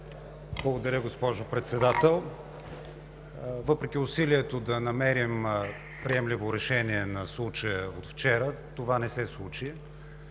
Благодаря, госпожо Председател. Въпреки усилието да намерим приемливо решение на случая от вчера, това не се получи.